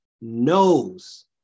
knows